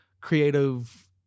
creative